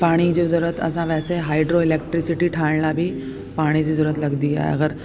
पाणी जी ज़रूरत असां वैसे हाइड्रोइलैक्ट्रीसिटी ठाहिणु लाइ बि पाणी जी ज़रूरत लॻंदी आहे अगरि